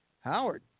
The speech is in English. Howard